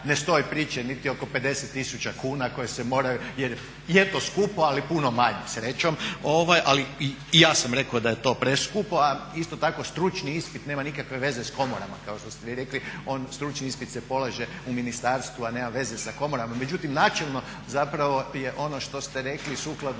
ne stoje priče niti oko 50 tisuća kuna koje se moraju jer je to skupo ali je puno manje, srećom. I ja sam rekao da je to preskupo. A isto tako stručni ispit nema nikakve veze s komorama kao što ste vi rekli, stručni ispit se pokaže u ministarstvu, a nema veze sa komorama. Međutim, načelno je ono što ste rekli sukladno